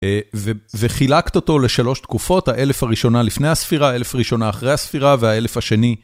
וחילקת אותו לשלוש תקופות, האלף הראשונה לפני הספירה, האלף הראשונה אחרי הספירה והאלף השני.